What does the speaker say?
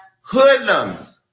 hoodlums